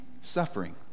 Suffering